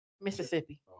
Mississippi